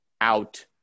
out